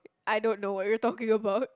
I don't know what you're talking about